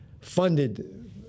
funded